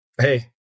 hey